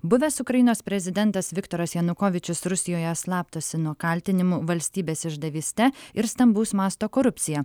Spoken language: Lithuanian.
buvęs ukrainos prezidentas viktoras janukovyčius rusijoje slaptosi nuo kaltinimų valstybės išdavyste ir stambaus masto korupcija